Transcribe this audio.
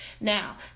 Now